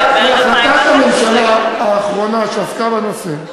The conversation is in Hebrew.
בהחלטת הממשלה האחרונה שעסקה בנושא,